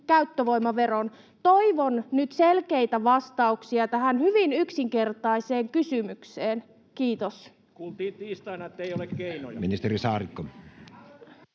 käyttövoimaveron? Toivon nyt selkeitä vastauksia tähän hyvin yksinkertaiseen kysymykseen. — Kiitos.